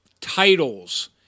titles